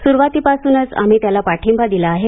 सुरुवातीपासूनच आम्ही त्याला पाठिंबा दिला आहे